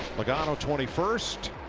like ah and twenty first.